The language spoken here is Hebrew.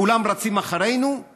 כולם רצים אחרינו,